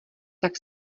tak